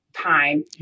time